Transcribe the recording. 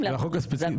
לא.